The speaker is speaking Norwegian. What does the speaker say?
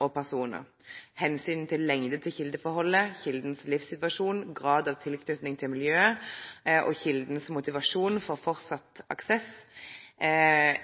og personer. Lengden på kildeforholdet, kildens livssituasjon, graden av tilknytning til miljøet og kildens motivasjon for fortsatt aksess er